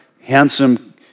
handsome